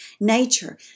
Nature